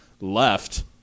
left